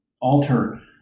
alter